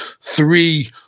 three